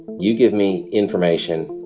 you give me information.